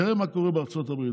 תראה מה קורה בארצות הברית.